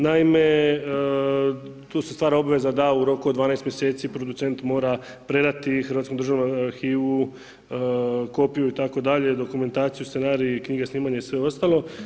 Naime, tu se stvara obveza da u roku od 12 mjeseci producent mora predati Hrvatskom državnom arhivu kopiju itd., dokumentaciju, scenarij i knjige snimanja i sve ostalo.